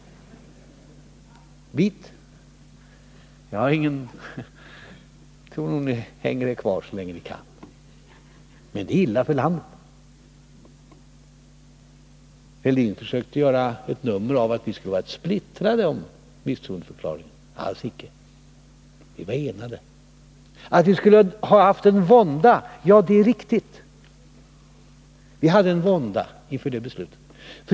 Bit! Jag tror att ni hänger kvar så länge ni kan, men det är illa för landet. Thorbjörn Fälldin försökte göra ett nummer av att vi skulle vara splittrade när det gäller misstroendeförklaringen. Alls icke — vi var enade. Han säger att vi skulle ha känt vånda. Ja, det senare är riktigt. Vi kände vånda inför det beslutet.